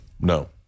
no